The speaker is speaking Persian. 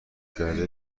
کرده